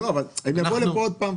לא אכפת לי.